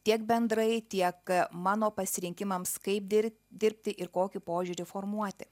tiek bendrai tiek mano pasirinkimams kaip dir dirbti ir kokį požiūrį formuoti